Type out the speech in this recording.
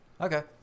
Okay